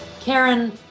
Karen